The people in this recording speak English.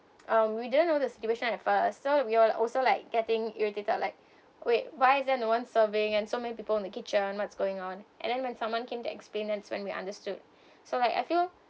we didn't know the situation at first so we all also like getting irritated like wait why isn't no one serving and so many people in the kitchen what's going on and then when someone came to explain that's when we understood so like I feel